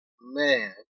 man